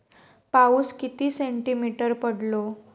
पाऊस किती सेंटीमीटर पडलो?